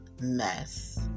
mess